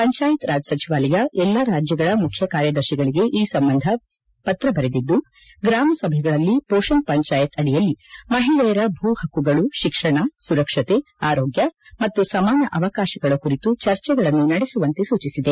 ಪಂಚಾಯತ್ ರಾಜ್ ಸಚಿವಾಲಯ ಎಲ್ಲಾ ರಾಜ್ಯಗಳ ಮುಖ್ಯ ಕಾರ್ಯದರ್ಶಿಗಳಿಗೆ ಈ ಸಂಬಂಧ ಪತ್ರ ಬರೆದಿದ್ದು ಗ್ರಾಮಸಭೆಗಳಲ್ಲಿ ಪೋಷಣ್ ಪಂಚಾಯತ್ ಅಡಿಯಲ್ಲಿ ಮಹಿಳೆಯರ ಭೂ ಪಕ್ಕುಗಳು ಶಿಕ್ಷಣ ಸುರಕ್ಷತೆ ಆರೋಗ್ಯ ಮತ್ತು ಸಮಾನ ಅವಕಾಶಗಳ ಕುರಿತು ಚರ್ಚೆಗಳನ್ನು ನಡೆಸುವಂತೆ ಸೂಚಿಸಿದೆ